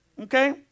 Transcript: Okay